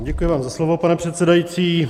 Děkuji vám za slovo, pane předsedající.